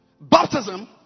Baptism